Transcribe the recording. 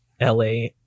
la